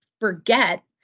forget